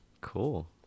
Cool